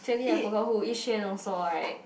actually I forgot who Yi-Xuan also [right]